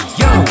yo